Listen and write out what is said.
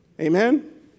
Amen